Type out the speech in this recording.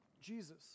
Jesus